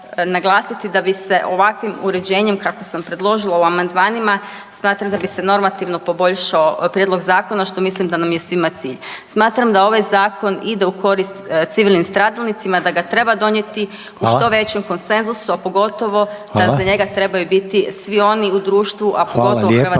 Hvala vam lijepo.